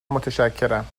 متشکرم